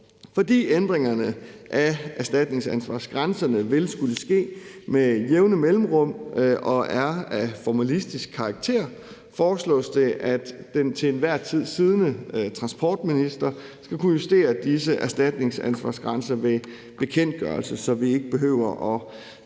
Fordi ændringerne af erstatningsansvarsgrænserne vil skulle ske med jævne mellemrum og er af formalistisk karakter, foreslås det, at den til enhver tid siddende transportminister skal kunne justere disse erstatningsansvarsgrænser ved bekendtgørelse, så vi ikke behøver at